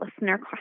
listener